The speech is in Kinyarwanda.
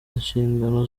inshingano